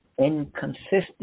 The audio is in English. inconsistent